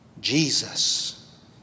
Jesus